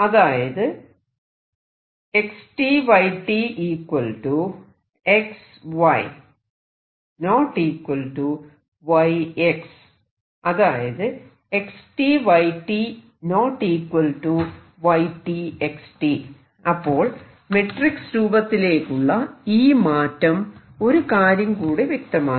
അതായത് അതായത് അപ്പോൾ മെട്രിക്സ് രൂപത്തിലേക്കുള്ള ഈ മാറ്റം ഒരു കാര്യം കൂടി വ്യക്തമാക്കി